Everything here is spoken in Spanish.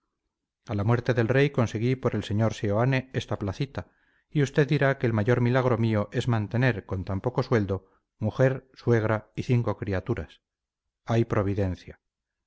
a la muerte del rey conseguí por el señor seoane esta placita y usted dirá que el mayor milagro mío es mantener con tan poco sueldo mujer suegra y cinco criaturas hay providencia